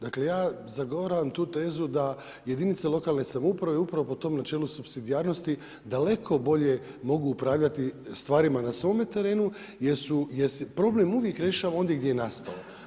Dakle, ja zagovaram tu tezu da jedinice lokalne samouprave upravo po tom načelu supsidijarnosti, daleko bolje mogu upravljati stvarima na svome terenu, jer se problem uvijek rješava ondje gdje je nastao.